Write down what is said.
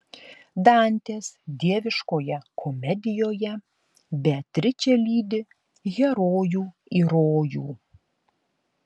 dantės dieviškoje komedijoje beatričė lydi herojų į rojų